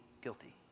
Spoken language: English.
guilty